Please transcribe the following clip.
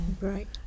Right